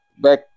back